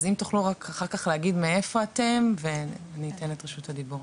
אז אם אחר כך תוכלו להגיד מאיפה אתם ואני אתן את רשות הדיבור.